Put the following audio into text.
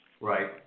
Right